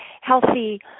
healthy